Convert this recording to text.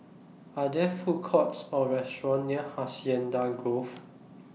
Are There Food Courts Or Restaurant near Hacienda Grove